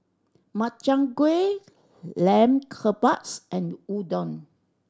Makchang Gui Lamb Kebabs and Udon